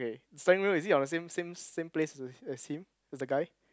okay steering wheel is it on the same same same place as as him as the guy